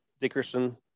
Dickerson